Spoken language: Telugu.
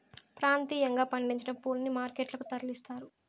ప్రాంతీయంగా పండించిన పూలని మార్కెట్ లకు తరలిస్తారు